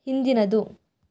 ಹಿಂದಿನದು